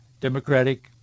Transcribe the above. Democratic